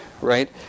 right